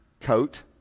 coat